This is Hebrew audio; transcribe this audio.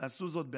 ועשו זאת בהדר.